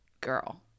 girl